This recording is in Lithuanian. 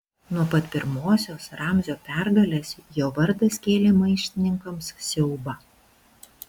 nuo pat pirmosios ramzio pergalės jo vardas kėlė maištininkams siaubą